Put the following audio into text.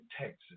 Texas